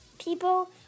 people